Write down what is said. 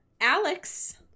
Alex